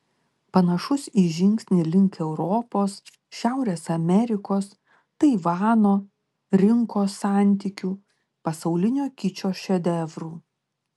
panašus į žingsnį link europos šiaurės amerikos taivano rinkos santykių pasaulinio kičo šedevrų